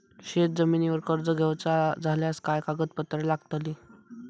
शेत जमिनीवर कर्ज घेऊचा झाल्यास काय कागदपत्र लागतली?